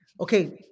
okay